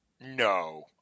No